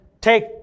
take